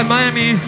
Miami